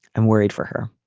i'm worried for her.